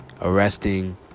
arresting